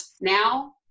Now